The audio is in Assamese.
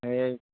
এই